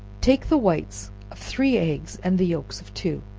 take the whites of three eggs and the yelks of two,